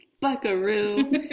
Buckaroo